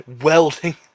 welding